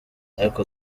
ariko